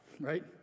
right